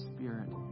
Spirit